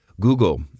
Google